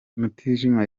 mutijima